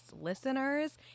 listeners